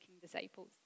disciples